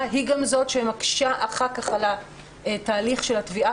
היא גם זו שמקשה אחר כך על התהליך של התביעה,